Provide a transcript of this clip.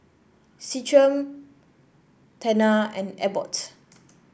Centrum Tena and Abbott